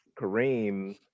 kareem